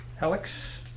Alex